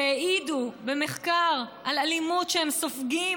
שהעידו במחקר על אלימות שהם סופגים,